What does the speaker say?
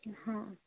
ହଁ